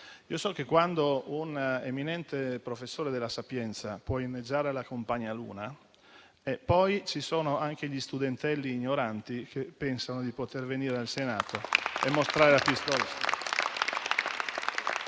so che quando un eminente professore dell'Università «La Sapienza» può inneggiare alla "compagna Luna", ci sono poi anche gli studentelli ignoranti che pensano di poter venire al Senato a mostrare il gesto